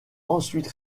ensuite